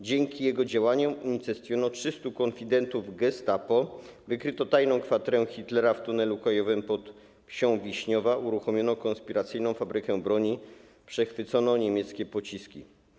Dzięki jego działaniom unicestwiono 300 konfidentów gestapo, wykryto tajną kwaterę Hitlera w tunelu kolejowym pod wsią Wiśniowa, uruchomiono konspiracyjną fabrykę broni, przechwycono niemieckie pociski.